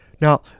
Now